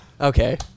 Okay